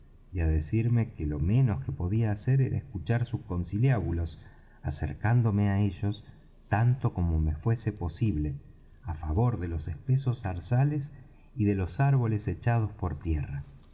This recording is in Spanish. y á decirme que lo menos que podía hacer era escuchar sus conciliábulos acercándome á ellos tanto como me fuese posible á favor de los espesos zarzales y de los árboles echados por tierra